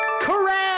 Correct